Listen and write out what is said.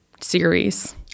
series